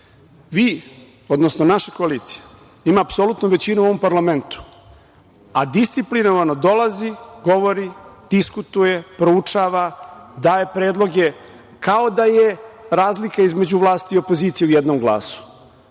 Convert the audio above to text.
odnosno, naša koalicija ima apsolutnu većinu u ovom parlamentu, a disciplinovano dolazi, govori, diskutuje, proučava, daje predloge, kao da je razlika između vlasti i opozicije u jednom glasu.